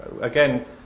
again